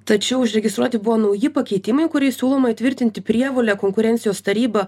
tačiau užregistruoti buvo nauji pakeitimai kuriais siūloma įtvirtinti prievolę konkurencijos tarybą